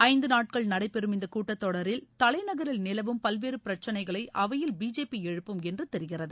ஐந்து நாட்கள் நடைபெறும் இந்த கூட்டத்தொடரில் தலைநகரில் நிலவும் பல்வேறு பிரச்சினைகளை அவையில் பிஜேபி எழுப்பும் என்று தெரிகிறது